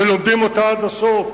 ולומדים אותה עד הסוף,